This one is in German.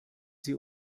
sie